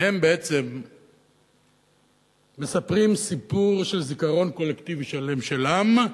הן בעצם מספרות סיפור של זיכרון קולקטיבי שלם של עם,